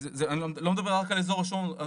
אני לא דבר רק על אזור השומרון,